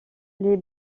les